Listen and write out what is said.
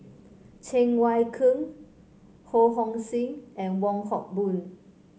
Cheng Wai Keung Ho Hong Sing and Wong Hock Boon